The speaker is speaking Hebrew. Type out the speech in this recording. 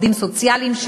עובדים סוציאליים,